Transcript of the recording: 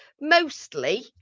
mostly